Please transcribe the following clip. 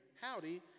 howdy